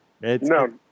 No